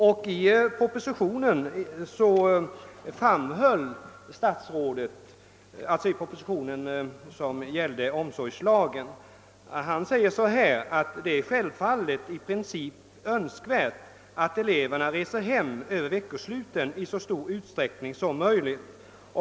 I den proposition där omsorgslagen framlades anförde statsrådet bl.a. följande: »Det är självfallet i princip önskvärt att eleverna reser hem över veckosluten i så stor utsträckning som möjligt.